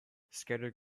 scattered